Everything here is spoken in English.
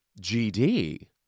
GD